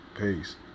Peace